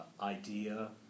idea